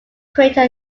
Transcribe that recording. crater